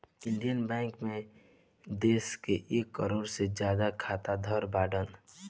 Indian bank मे देश के एक करोड़ से ज्यादा खाता धारक बाड़न